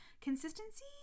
consistency